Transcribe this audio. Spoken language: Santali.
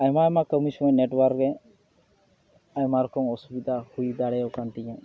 ᱟᱭᱢᱟ ᱟᱭᱢᱟ ᱠᱟᱹᱢᱤᱥᱚᱢᱚᱭ ᱱᱮᱴᱚᱣᱟᱨᱠ ᱜᱮ ᱟᱭᱢᱟ ᱨᱚᱠᱚᱢ ᱚᱥᱩᱵᱤᱛᱟ ᱦᱩᱭ ᱫᱟᱲᱮᱣᱟᱠᱟᱱ ᱛᱤᱧᱟᱹ